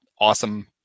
awesome